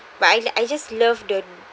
but I li~ I just love the